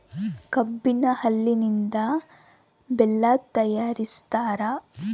ಕಬ್ಬಿನ ಹಾಲಿನಿಂದ ಬೆಲ್ಲ ತಯಾರಿಸ್ತಾರ